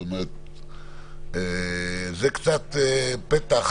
זה קצת פתח,